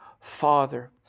father